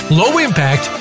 low-impact